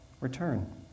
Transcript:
return